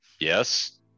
Yes